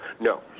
No